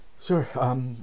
sure